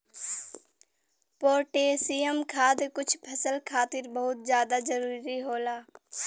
potassium खाद कुछ फसल खातिर बहुत जादा जरूरी होला